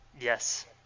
Yes